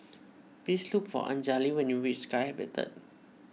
please look for Anjali when you reach Sky Habitat